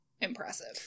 impressive